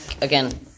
again